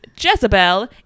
Jezebel